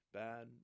bad